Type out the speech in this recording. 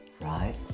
right